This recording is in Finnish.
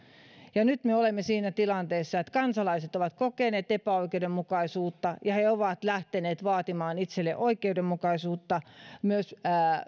nyt me olemme siinä tilanteessa että kansalaiset ovat kokeneet epäoikeudenmukaisuutta ja he ovat lähteneet vaatimaan itselleen oikeudenmukaisuutta